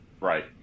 Right